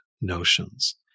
notions